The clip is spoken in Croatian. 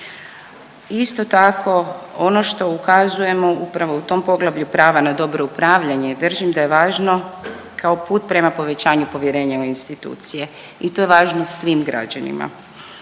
Isto tako, ono što ukazujemo upravo u tom poglavlju prava na dobro upravljanje, držim da je važno kao put prema povećanju povjerenja u institucije i to je važno svim građanima.